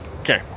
Okay